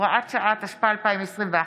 (הוראת שעה), התשפ"א 2021,